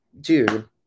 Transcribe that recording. dude